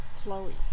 Chloe